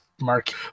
Mark